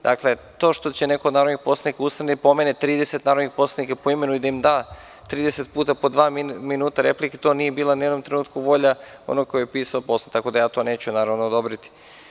Dakle, to što će neko od narodnih poslanika da ustane i pomene 30 narodnih poslanika po imenu i da im da 30 puta po dva minuta replike to nije bila ni u trenutku volja onoga ko je pisao Poslovnik, tako da ja to neću naravno odobriti.